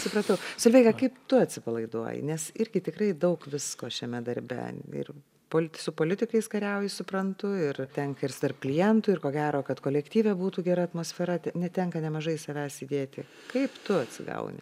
supratau solveiga kaip tu atsipalaiduoji nes irgi tikrai daug visko šiame darbe ir pult su politikais kariauji suprantu ir tenka ir tarp klientų ir ko gero kad kolektyve būtų gera atmosfera netenka nemažai savęs įdėti kaip tu atsigauni